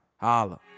Holla